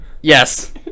Yes